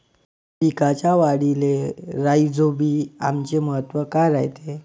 पिकाच्या वाढीले राईझोबीआमचे महत्व काय रायते?